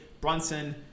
Brunson